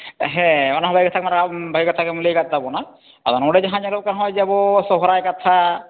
ᱦᱮᱸ ᱚᱱᱟᱦᱚᱸ ᱵᱷᱟᱜᱮ ᱠᱟᱛᱷᱟ ᱜᱮᱢ ᱞᱟᱹᱭ ᱟᱠᱟᱫ ᱛᱟᱵᱚᱱᱟ ᱟᱫᱚ ᱱᱚᱸᱰᱮ ᱡᱟᱦᱟᱸ ᱧᱮᱞᱚᱜ ᱠᱟᱱᱟ ᱡᱮ ᱟᱵᱚ ᱥᱚᱦᱟᱭ ᱠᱟᱛᱷᱟ